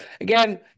Again